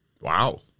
Wow